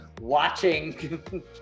watching